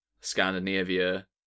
Scandinavia